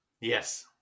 Yes